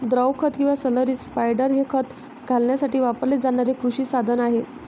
द्रव खत किंवा स्लरी स्पायडर हे खत घालण्यासाठी वापरले जाणारे कृषी साधन आहे